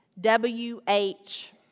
W-H